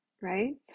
right